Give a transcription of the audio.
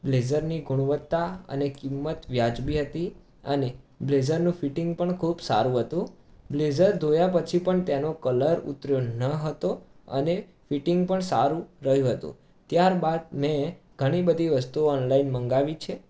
પણ બ્લેઝરની ગુણવત્તા અને કિંમત વ્યાજબી હતી અને બ્લેઝરનું ફિટિંગ પણ ખૂબ સારું હતું બ્લેઝર ધોયા પછી પણ તેનો કલર ઉતર્યો ન હતો અને ફિટિંગ પણ સારું રહ્યું હતું ત્યારબાદ મેં ઘણી બધી વસ્તુઓ ઓનલાઈન મંગાવી છે